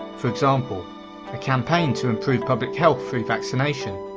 for example a campaign to improve public health through vaccination.